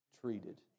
treated